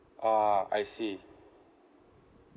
ah I see